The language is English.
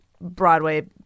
Broadway